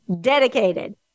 dedicated